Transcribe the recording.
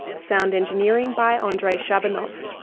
sound engineering by ah andrei shabunov.